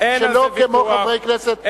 שלא כמו חברי הכנסת,